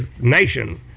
nation